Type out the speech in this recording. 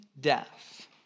death